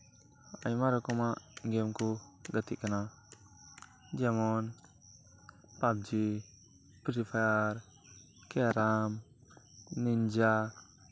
ᱟᱭᱢᱟ ᱨᱚᱠᱚᱢᱟᱜ ᱜᱮᱢ ᱠᱚ ᱜᱟᱹᱛᱤᱜ ᱠᱟᱱᱟ ᱡᱮᱢᱚᱱ ᱯᱟᱵᱡᱤ ᱯᱷᱨᱤ ᱯᱷᱟᱭᱟᱨ ᱠᱮᱨᱟᱢ ᱠᱩᱱᱤᱱ ᱡᱟ